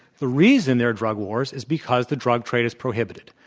the reason there are drug wars is because the drug trade is prohibited.